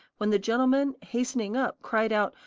when the gentleman, hastening up, cried out,